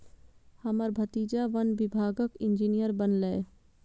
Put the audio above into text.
हमर भतीजा वन विभागक इंजीनियर बनलैए